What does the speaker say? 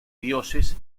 dioses